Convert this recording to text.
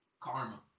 karma